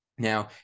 Now